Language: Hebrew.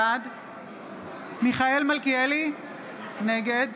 בעד מיכאל מלכיאלי, נגד